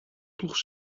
ploegt